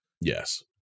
yes